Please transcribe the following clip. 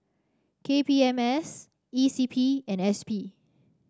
K P M S E C P and S P